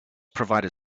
provided